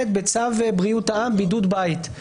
בצו בריאות העם (בידוד בית והוראות שונות).